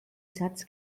satz